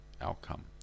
outcome